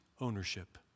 ownership